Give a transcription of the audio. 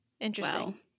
Interesting